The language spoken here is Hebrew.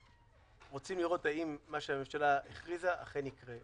ורוצים לראות אם מה שהממשלה הכריזה אכן יקרה.